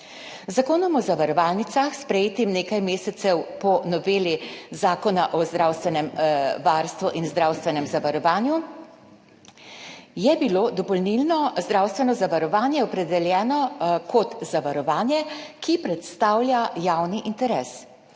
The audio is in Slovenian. zakonom o zavarovalnicah, sprejetim nekaj mesecev po noveli Zakona o zdravstvenem varstvu in zdravstvenem zavarovanju, je bilo dopolnilno zdravstveno zavarovanje opredeljeno kot zavarovanje, ki predstavlja javni interes.